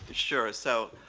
sure, so,